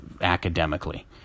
academically